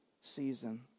season